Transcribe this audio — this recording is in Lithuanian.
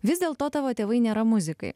vis dėlto tavo tėvai nėra muzikai